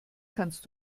kannst